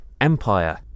Empire